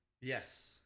yes